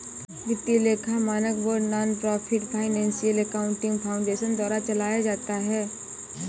वित्तीय लेखा मानक board nonprofit financial accounting foundation द्वारा चलाया जाता है